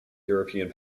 european